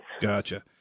Gotcha